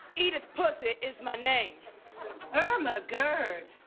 edith puthie is my name irma gerd